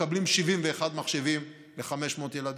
מקבלים 71 מחשבים ל-500 ילדים,